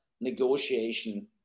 negotiation